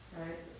right